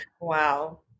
wow